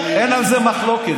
אין על זה מחלוקת.